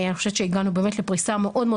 אני חושבת שהגענו באמת לפריסה מאוד מאוד